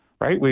right